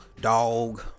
dog